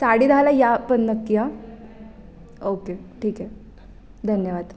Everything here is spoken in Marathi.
साडे दहाला या पण की या ओके ठीक आहे धन्यवाद